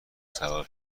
صلاح